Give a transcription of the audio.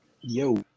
Yo